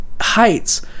heights